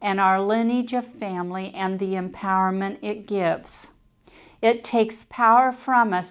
and our lineage of family and the empowerment it gives it takes power from us